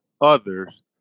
others